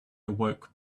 awoke